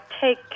take